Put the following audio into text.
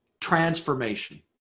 transformation